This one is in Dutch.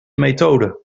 methode